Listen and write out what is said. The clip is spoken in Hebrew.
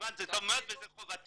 כמובן זה טוב מאוד וזו חובתו,